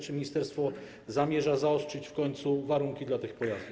Czy ministerstwo zamierza zaostrzyć w końcu warunki dla tych pojazdów?